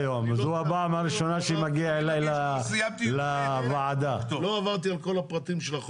אני יודע שהעיריות מתנגדים לזה בגלל הנושא של ארנונה,